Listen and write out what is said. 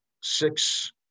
six